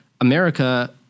America